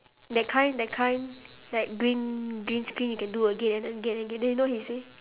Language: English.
that kind that kind that green green screen you can do again and again and again then you know what he say